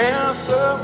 answer